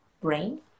brain